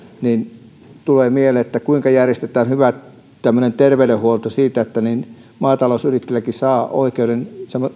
että tulee mieleen kuinka järjestetään tämmöinen hyvä terveydenhuolto että maatalousyrittäjäkin saa oikeuden